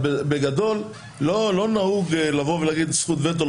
בגדול לא נהוג לבוא ולהגיד: זכות וטו.